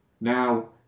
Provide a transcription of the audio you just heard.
now